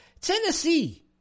Tennessee